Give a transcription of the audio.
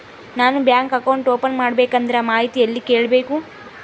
ನಾನು bank account open ಮಾಡಬೇಕಂದ್ರ ಮಾಹಿತಿ ಎಲ್ಲಿ ಕೇಳಬೇಕು?